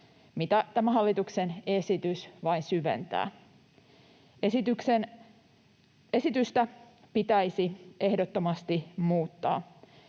tämä hallituksen esitys vain syventää. Esitystä pitäisi ehdottomasti muuttaa.